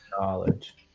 Knowledge